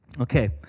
Okay